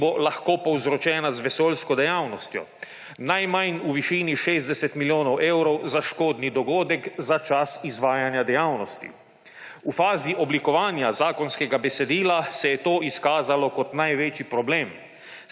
ki bo lahko povzročena z vesoljsko dejavnostjo, najmanj v višini 60 milijonov evrov za škodni dogodek za čas izvajanja dejavnosti. V fazi oblikovanja zakonskega besedila se je to izkazalo kot največji problem,